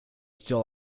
still